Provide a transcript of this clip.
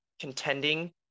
contending